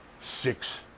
six